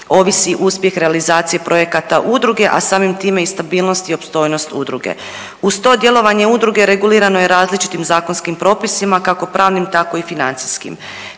ovisi uspjeh realizacije projekata udruge, a samim time i stabilnost i opstojnost udruge. Uz to djelovanje udruge regulirano je različitim zakonskim propisima, kako pravnim, tako i financijskim.